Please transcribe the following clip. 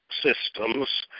systems